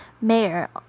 mayor